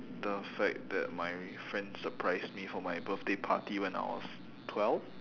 the fact that my friend surprised me for my birthday party when I was twelve